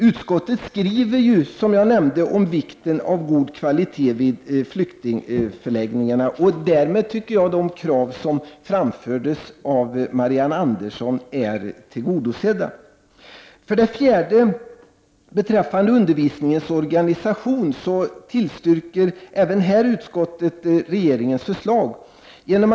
Som jag nämnde skriver utskottet om vikten av god kvalitet på undervisningen vid flyktingförläggningarna. Därmed anser jag att de krav som Marianne Andersson i Vårgårda framförde är tillgodosedda. För det fjärde tillstyrker utskottet regeringens förslag beträffande undervisningens organisation.